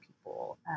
people